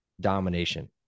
domination